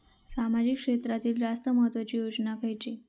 सामाजिक क्षेत्रांतील जास्त महत्त्वाची योजना खयची?